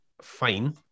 fine